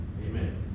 amen